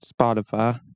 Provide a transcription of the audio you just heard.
Spotify